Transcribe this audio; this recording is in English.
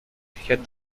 had